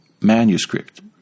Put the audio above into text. manuscript